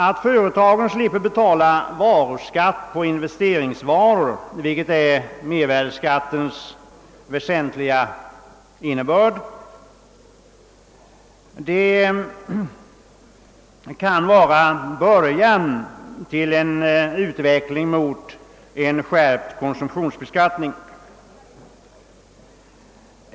Att företagen slipper betala skatt på investeringsvaror — vilket är mervärdeskattens väsentliga innebörd — kan vara början till en utveckling mot en skärpt konsumtionsbeskattning.